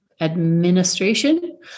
Administration